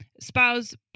spouse